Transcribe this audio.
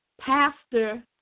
Pastor